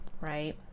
Right